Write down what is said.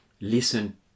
Listen